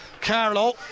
Carlo